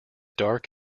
dark